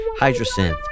HydroSynth